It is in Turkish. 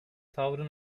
tavrı